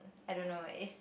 I don't know it's